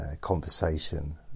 conversation